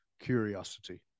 Curiosity